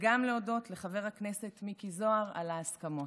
וגם להודות לחבר הכנסת מיקי זוהר על ההסכמות.